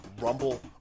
Rumble